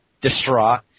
distraught